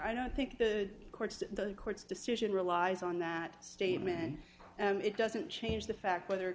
i don't think the courts the court's decision relies on that statement and it doesn't change the fact whether